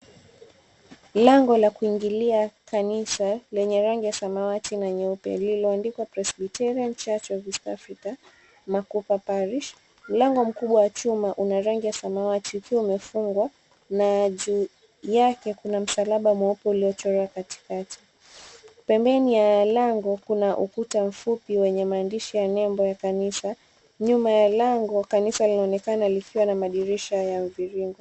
Lango la kuingilia kanisa lenye rangi ya samawati na nyeupe lililoandikwa Presbyterian Church of East Africa Makupa Parish . Mlango mkubwa wa chuma una rangi ya samawati ukiwa umefungwa na juu yake kuna msalaba mweupe uliochorwa katikati. Pembeni ya lango kuna ukuta mfupi wenye maandishi ya nembo ya kanisa. Nyuma ya lango kanisa linaonekana likiwa na madirisha ya mviringo.